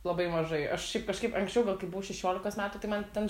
labai mažai aš šiaip kažkaip anksčiau kai buvau šešiolikos metų tai man ten